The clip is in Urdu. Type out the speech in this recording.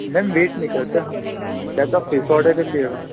میم ویٹ نہیں کرتے ہم یا تو آپ پھر سے آڈر کر لیجیے گا